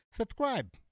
Subscribe